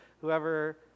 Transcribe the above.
whoever